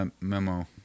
memo